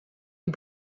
die